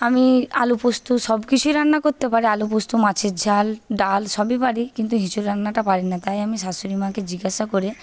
আমি আলু পোস্ত সবকিছুই রান্না করতে পারি আলু পোস্ত মাছের ঝাল ডাল সবই পারি কিন্তু এঁচোড় রান্নাটা পারি না তাই আমি শাশুড়িমাকে জিজ্ঞাসা করে